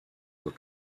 were